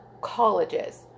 colleges